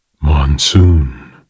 monsoon